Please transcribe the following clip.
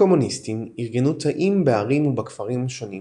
הקומוניסטים ארגנו תאים בערים ובכפרים שונים